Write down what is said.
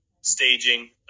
staging